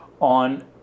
on